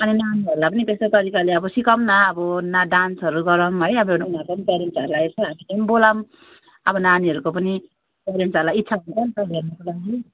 अनि नानीहरूलाई पनि त्यस्तै तरिकाले अब सिकौँ न अब न डान्सहरू गरौँ है अब उनीहरूको पनि प्यारेन्ट्सहरूलाई सो हामीले पनि बोलाउँ अब नानीहरूको पनि प्यारेन्ट्सहरूलाई यसो इच्छा हुन्छ नि त हेर्नुको लागि